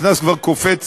הקנס כבר קופץ